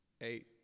eight